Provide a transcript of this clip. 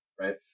right